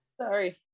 Sorry